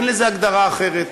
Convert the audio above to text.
אין לזה הגדרה אחרת,